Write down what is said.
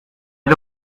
ils